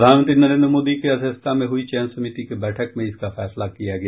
प्रधानमंत्री नरेन्द्र मोदी की अध्यक्षता में हुई चयन समिति की बैठक में इसका फैसला किया गया